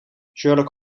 sherlock